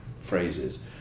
phrases